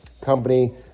company